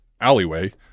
alleyway